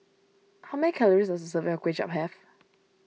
how many calories does a serving of Kway Chap have